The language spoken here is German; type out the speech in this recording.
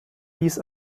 dies